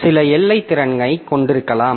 சில எல்லைத் திறனைக் கொண்டிருக்கலாம்